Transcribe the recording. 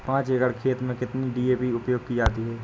पाँच एकड़ खेत में कितनी डी.ए.पी उपयोग की जाती है?